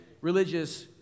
religious